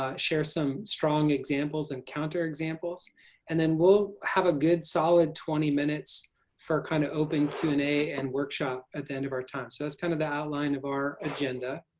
ah share some strong examples and counter examples and then we'll have a good solid twenty minutes for kind of open q and a and workshop at the end of our time. so that's kind of the outline of our agenda.